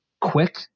quick